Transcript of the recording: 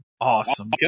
Awesome